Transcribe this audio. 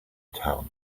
town